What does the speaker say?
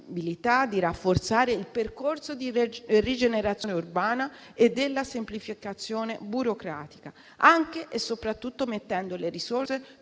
di rafforzare il percorso di rigenerazione urbana e di semplificazione burocratica, anche e soprattutto mettendo le risorse